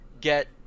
get